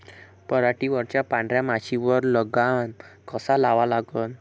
पराटीवरच्या पांढऱ्या माशीवर लगाम कसा लावा लागन?